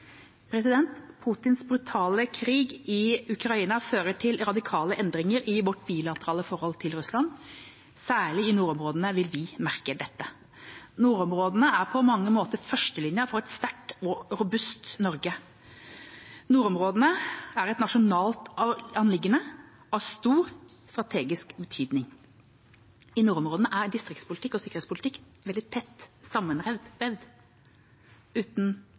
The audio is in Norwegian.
brutale krig i Ukraina fører til radikale endringer i vårt bilaterale forhold til Russland. Særlig i nordområdene vil vi merke dette. Nordområdene er på mange måter førstelinja for et sterkt og robust Norge. Nordområdene er et nasjonalt anliggende av stor strategisk betydning. I nordområdene er distriktspolitikk og sikkerhetspolitikk veldig tett sammenvevd – uten